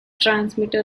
transmitter